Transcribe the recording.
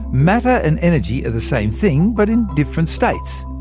matter and energy are the same thing, but in different states.